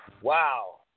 Wow